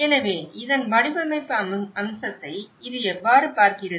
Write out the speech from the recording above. எனவே இதன் வடிவமைப்பு அம்சத்தை இது எவ்வாறு பார்க்கிறது